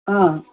ହଁ